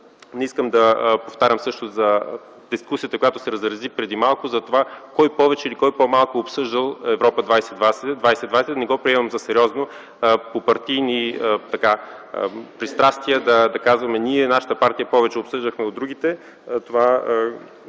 не искам да повтарям също за дискусията, която се разрази преди малко, затова кой повече или по-малко обсъждал „Европа 2020”. Не го приемам за сериозно по партийни пристрастия да казваме: ние или нашата партия повече обсъждахме от другите.